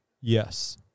Yes